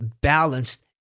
balanced